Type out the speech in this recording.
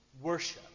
worship